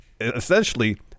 essentially